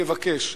אני אבקש.